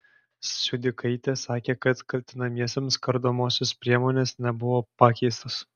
siudikaitė sakė kad kaltinamiesiems kardomosios priemonės nebuvo pakeistos